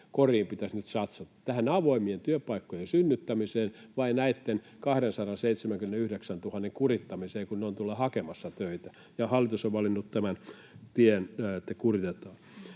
koriin pitäisi nyt satsata? Tähän avoimien työpaikkojen synnyttämiseen vai näitten 279 000 kurittamiseen, kun ne ovat tuolla hakemassa töitä, ja hallitus on valinnut tämän tien, että kuritetaan.